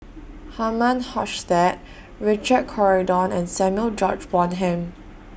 Herman Hochstadt Richard Corridon and Samuel George Bonham